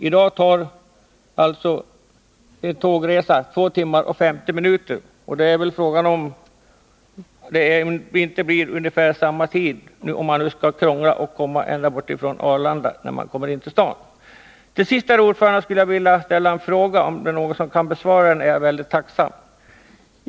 I dag tar tågresan ca 2 timmar och 50 minuter, och frågan är väl om det inte blir samma restid om man skall krångla sig in till staden ända från Arlanda. Jag skulle till sist, herr talman, vilja ställa en fråga till socialdemokraterna — om någon kan besvara den är jag mycket tacksam.